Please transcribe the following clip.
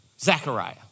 Zechariah